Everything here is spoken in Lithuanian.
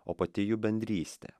o pati jų bendrystė